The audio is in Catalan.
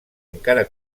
encara